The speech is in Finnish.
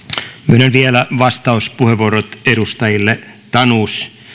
myönnän vielä vastauspuheenvuorot edustajille tanus